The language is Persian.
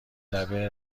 لبه